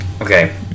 Okay